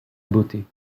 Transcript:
beauté